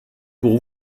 pour